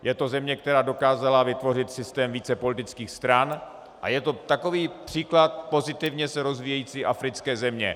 Je to země, která dokázala vytvořit systém více politických stran, a je to takový příklad pozitivně se rozvíjející africké země.